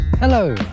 Hello